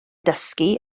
dysgu